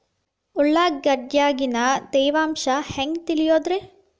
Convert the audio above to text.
ಉಳ್ಳಾಗಡ್ಯಾಗಿನ ತೇವಾಂಶ ಹ್ಯಾಂಗ್ ತಿಳಿಯೋದ್ರೇ?